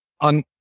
on